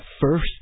first